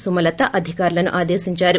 సుమలత అధికారులను ఆదేశించారు